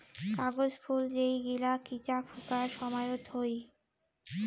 কাগজ ফুল যেই গিলা চিকা ফুঁকার সময়ত হই